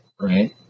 right